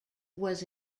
was